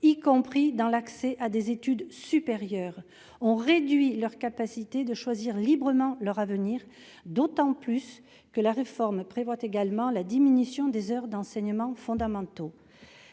y compris dans l'accès à des études supérieures, on réduit leur capacité de choisir librement leur avenir, d'autant que la réforme prévoit également la diminution des heures consacrées aux enseignements fondamentaux.